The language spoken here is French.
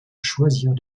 choisirent